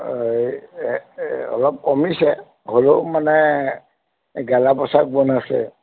এই অলপ কমিছে হ'লেও মানে গেলা বন্ধ আছে